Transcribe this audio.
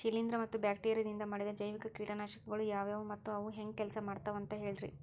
ಶಿಲೇಂಧ್ರ ಮತ್ತ ಬ್ಯಾಕ್ಟೇರಿಯದಿಂದ ಮಾಡಿದ ಜೈವಿಕ ಕೇಟನಾಶಕಗೊಳ ಯಾವ್ಯಾವು ಮತ್ತ ಅವು ಹೆಂಗ್ ಕೆಲ್ಸ ಮಾಡ್ತಾವ ಅಂತ ಹೇಳ್ರಿ?